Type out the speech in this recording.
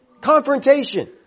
Confrontation